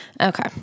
Okay